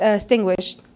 extinguished